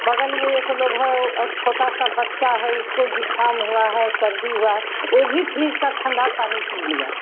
बग़ल में एक लोग है वह छोटा सा बच्चा है उसको ज़ुख़ाम हुआ है सर्दी हुई है वह भी फ्रीज का ठंडा पानी पी लिया